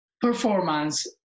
performance